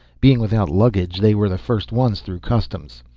being without luggage they were the first ones through customs.